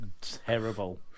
terrible